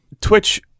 Twitch